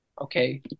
Okay